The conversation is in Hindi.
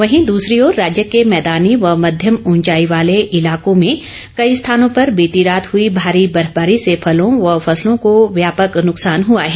वहीं दूसरी ओर राज्य के मैदानी व मध्यम ऊंचाई वाले इलाकों में कई स्थानों पर बीती रात हुई भारी बर्फवारी से े फलों व फसलों को व्यापक नुकसान हुआ है